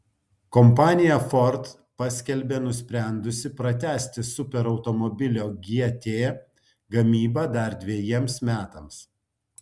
kompanija ford paskelbė nusprendusi pratęsti superautomobilio gt gamybą dar dvejiems metams